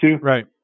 Right